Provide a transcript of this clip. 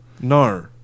No